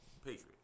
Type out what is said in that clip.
Patriots